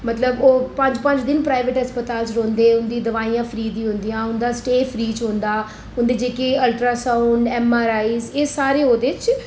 मतलब ओह् पंज पंज दिन प्राइवेट अस्पताल च रौंहदे उंदी दवाइयां फ्री दी होंदियां उंदा स्टे फ्री च होंदा उंदी जेह्के ultrasound M R I एह् सारे ओह्दे च